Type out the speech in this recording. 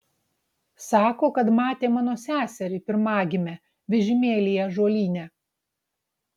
sako kad matė mano seserį pirmagimę vežimėlyje ąžuolyne